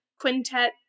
quintet